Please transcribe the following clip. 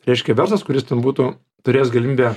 reiškia verslas kuris ten būtų turėjęs galimybę